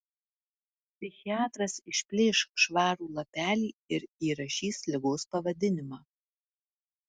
psichiatras išplėš švarų lapelį ir įrašys ligos pavadinimą